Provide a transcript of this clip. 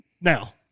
Now